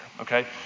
okay